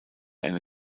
eine